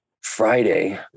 Friday